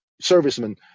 servicemen